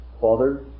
Father